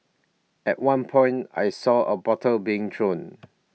at one point I saw A bottle being thrown